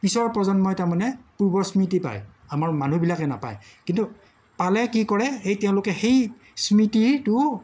পিছৰ প্ৰজন্মই তাৰমানে পূৰ্বৰ স্মৃতি পায় আমাৰ মানুহবিলাকে নাপায় কিন্তু পালে কি কৰে সেই তেওঁলোকে সেই স্মৃতিৰটো